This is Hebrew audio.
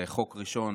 זה חוק ראשון.